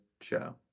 show